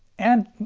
and,